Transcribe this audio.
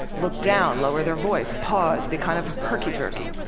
look down, lower their voice, pause, be kind of herky-jerky.